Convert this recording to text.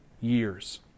years